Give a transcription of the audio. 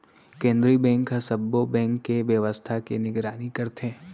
केंद्रीय बेंक ह सब्बो बेंक के बेवस्था के निगरानी करथे